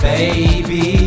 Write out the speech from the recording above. Baby